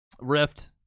rift